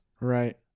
Right